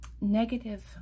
negative